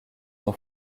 son